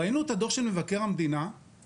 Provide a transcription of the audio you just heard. ראינו את הדוח של מבקר המדינה ובינינו,